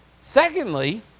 Secondly